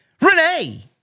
Renee